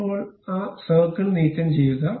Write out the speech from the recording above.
ഇപ്പോൾ ആ സർക്കിൾ നീക്കംചെയ്യുക